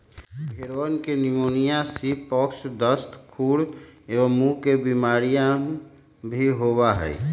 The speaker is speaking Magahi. भेंड़वन के निमोनिया, सीप पॉक्स, दस्त, खुर एवं मुँह के बेमारियन भी होबा हई